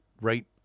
right